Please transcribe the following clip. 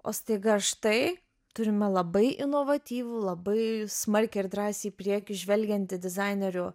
o staiga štai turime labai inovatyvų labai smarkiai ir drąsiai į priekį žvelgiantį dizainerių